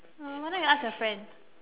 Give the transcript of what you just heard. oh why not you ask your friend